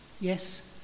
Yes